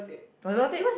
I got it